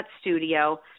studio